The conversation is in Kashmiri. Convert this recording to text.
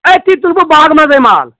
أتھی تُلہٕ بہٕ باغہٕ منٛزَے مال